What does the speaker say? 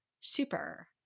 super